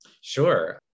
Sure